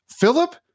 philip